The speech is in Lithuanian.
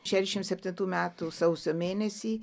šešiasdešimt septintų metų sausio mėnesį